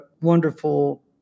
wonderful